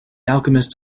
alchemist